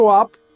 up